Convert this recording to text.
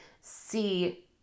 see